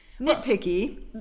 nitpicky